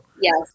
Yes